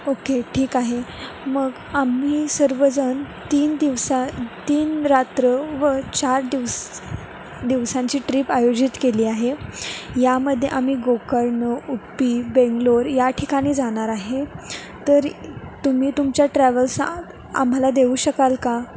okay ठीक आहे मग आम्ही सर्वजण तीन दिवसा तीन रात्र व चार दिवस दिवसांची ट्रीप आयोजित केली आहे यामध्ये आम्ही गोकर्ण उडपी बेंगलोर या ठिकाणी जाणार आहे तर तुम्ही तुमच्या ट्रॅव्हल्सला आम्हाला देऊ शकाल का